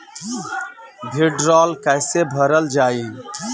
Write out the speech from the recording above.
भीडरौल कैसे भरल जाइ?